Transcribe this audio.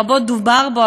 רבות דובר בו,